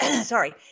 Sorry